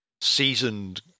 seasoned